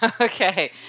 Okay